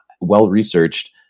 well-researched